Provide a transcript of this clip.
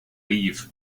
leave